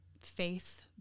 faith